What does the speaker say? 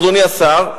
אדוני השר,